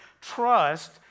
Trust